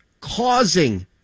causing